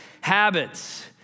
Habits